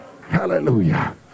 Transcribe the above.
Hallelujah